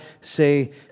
say